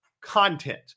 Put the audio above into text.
Content